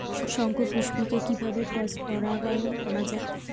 শঙ্খপুষ্পী কে কিভাবে ক্রস পরাগায়ন করা যায়?